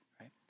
right